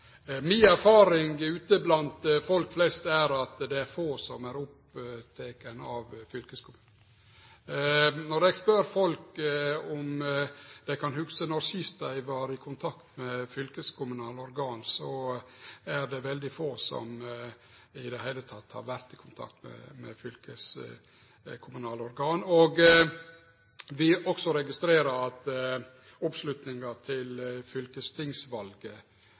Mi erfaring ute blant folk flest er at det er få som er opptekne av fylkeskommunen. Når eg spør folk om dei kan hugse når dei sist var i kontakt med fylkeskommunale organ, er det veldig få som i det heile har vore i kontakt med fylkeskommunale organ. Vi registrerer også at oppslutninga om fylkestingsvalet